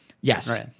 Yes